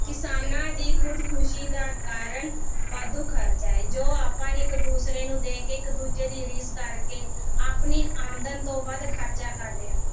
ਕਿਸਾਨਾਂ ਦੀ ਖੁਦਕੁਸ਼ੀ ਦਾ ਕਾਰਨ ਵਾਧੂ ਖਰਚਾ ਹੈ ਜੋ ਆਪਾਂ ਇੱਕ ਦੂਸਰੇ ਨੂੰ ਦੇਖ ਕੇ ਇੱਕ ਦੂਜੇ ਦੀ ਰੀਸ ਕਰਕੇ ਆਪਣੀ ਆਮਦਨ ਤੋਂ ਵੱਧ ਖਰਚਾ ਕਰਦੇ ਹਨ